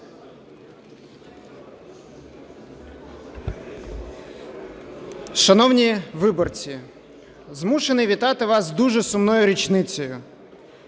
Шановні виборці, змушений вітати вас з дуже сумною річницею.